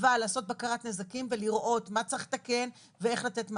אבל לעשות בקרת נזקים ולראות מה צריך לתקן ואיך לתת מענה.